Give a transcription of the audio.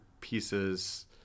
pieces